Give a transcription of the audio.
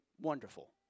wonderful